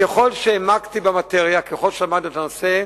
ככל שהעמקתי במאטריה, ככל שלמדנו את הנושא,